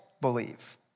believe